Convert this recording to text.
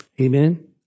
Amen